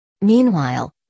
Meanwhile